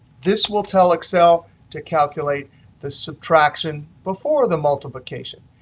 this will tell excel to calculate the subtraction before the multiplication.